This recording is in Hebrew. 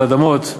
על אדמות,